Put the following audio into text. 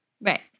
Right